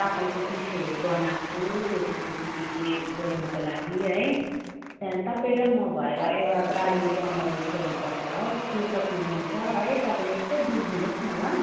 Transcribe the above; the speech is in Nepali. चामलको पिठोहरू बनाएको छु रोटीसोटी के के गर्नुको लागि है तपाईँ र म भएर एउटा गाडी बन्दोबस्त गर्नु पर्छ होला हौ के कति लिन्छ है तपाईँले यसो बुझ्नुहोस् न ल